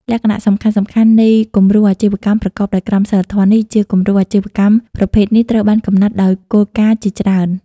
លក្ខណៈសំខាន់ៗនៃគំរូអាជីវកម្មប្រកបដោយក្រមសីលធម៌នេះជាគំរូអាជីវកម្មប្រភេទនេះត្រូវបានកំណត់ដោយគោលការណ៍ជាច្រើន ។